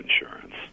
insurance